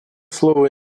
слово